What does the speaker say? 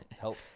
help